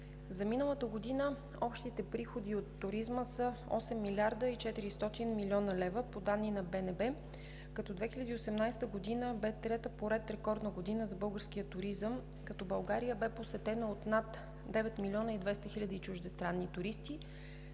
За миналата година общите приходи от туризма са 8 млрд. 400 млн. лв. по данни на БНБ, като 2018 г. бе трета по ред рекордна година за българския туризъм, като България бе посетена от над 9 млн. 200 хил. чуждестранни туристи.